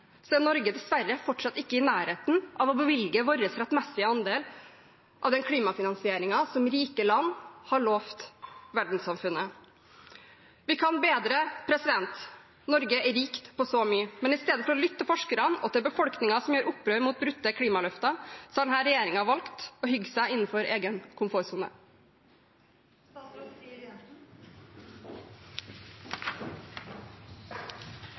er Norge dessverre fortsatt ikke i nærheten av å bevilge sin rettmessige andel av den klimafinansieringen som rike land har lovet verdenssamfunnet. Vi kan bedre, Norge er rikt på så mye. Men i stedet for å lytte til forskerne og til befolkningen, som gjør opprør mot brutte klimaløfter, har denne regjeringen valgt å hygge seg innenfor egen